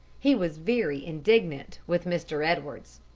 he was very indignant with mr. edwards.